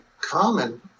common